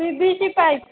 P V C pipe